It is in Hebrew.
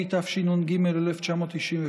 התשנ"ג 1993,